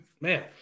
man